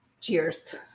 Cheers